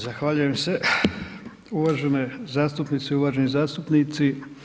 Zahvaljujem se uvažene zastupnice i uvaženi zastupnici.